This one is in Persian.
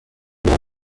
بینم